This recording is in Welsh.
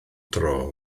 dro